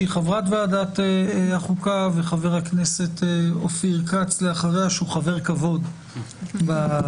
שהיא חברת ועדת החוקה וחבר הכנסת אופיר כץ לאחריה שהוא חבר כבוד בוועדה.